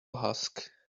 husk